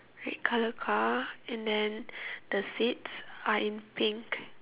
red colour car and then the seats are in pink